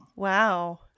Wow